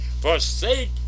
forsake